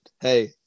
hey